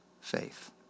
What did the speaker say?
faith